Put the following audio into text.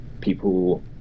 people